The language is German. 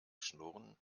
schnurren